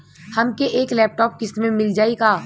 हमके एक लैपटॉप किस्त मे मिल जाई का?